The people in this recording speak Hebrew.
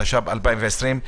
התש"ף-2020,